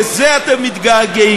לזה אתם מתגעגעים.